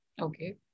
okay